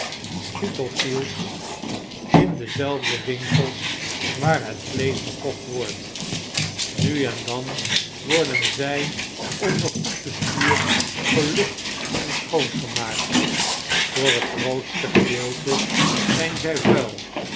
spitalfields in dezelfde winkels waar het vleesch verkocht wordt nu en dan worden zg onder goed bestuur gelucht en schoongemaakt voor het grootste gedeelte zp zij vuil